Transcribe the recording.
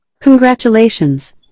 Congratulations